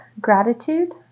gratitude